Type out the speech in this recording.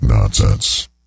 Nonsense